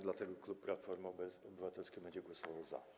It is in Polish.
Dlatego klub Platformy Obywatelskiej będzie głosował za.